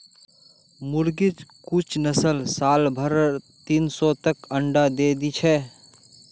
मुर्गिर कुछ नस्ल साल भरत तीन सौ तक अंडा दे दी छे